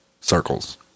circles